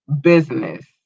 business